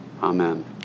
Amen